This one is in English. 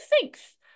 thanks